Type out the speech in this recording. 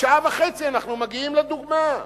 בשעה וחצי אנחנו מגיעים לדוגמה.